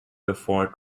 before